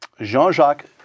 Jean-Jacques